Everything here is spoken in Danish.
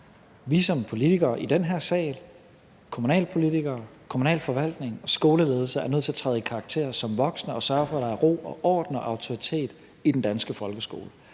vi som politikere i den her sal, kommunalpolitikere, kommunalforvaltning og skoleledelse er nødt til at træde i karakter som voksne og sørge for, at der er ro og orden og autoritet i den danske folkeskole.